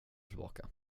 tillbaka